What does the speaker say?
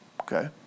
okay